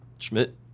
Schmidt